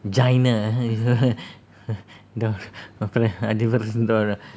china !huh! this one do~